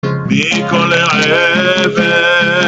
מכל עבר